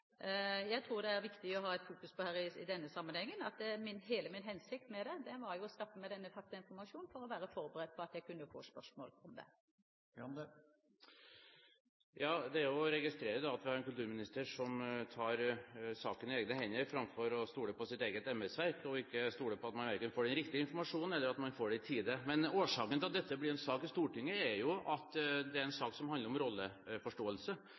tror det er viktig i denne sammenhengen å ha fokus på at hele min hensikt med dette var å skaffe meg denne faktainformasjonen for å være forberedt på at jeg kunne få spørsmål om det. Jeg registrerer at vi har en kulturminister som tar saken i egne hender framfor å stole på sitt eget embetsverk, og som ikke stoler på at man verken får den riktige informasjonen eller at man får den i tide. Årsaken til at dette blir en sak i Stortinget, er at det er en sak som handler om rolleforståelse.